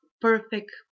perfect